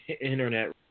internet